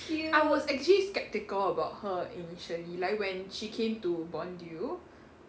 I was actually sceptical about her initially like when she came to bondue